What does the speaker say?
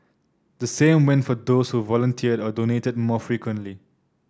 the same went for those who volunteered or donated more frequently